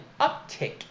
uptick